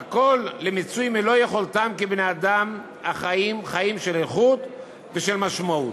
והכול למיצוי מלוא יכולתם כבני-אדם החיים חיים של איכות ושל משמעות".